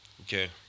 Okay